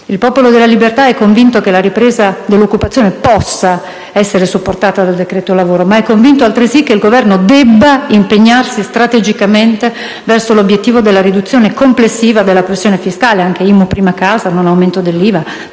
Il Popolo della Libertà è convinto che la ripresa dell'occupazione possa essere supportata dal decreto lavoro, ma è convinto altresì che il Governo debba impegnarsi strategicamente verso l'obiettivo della riduzione complessiva della pressione fiscale - abolizione dell'IMU sulla prima casa, non aumento dell'IVA,